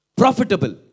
profitable